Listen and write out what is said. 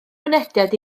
mynediad